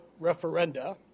referenda